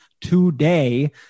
today